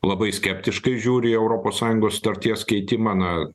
labai skeptiškai žiūri į europos sąjungos sutarties keitimą na